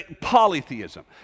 polytheism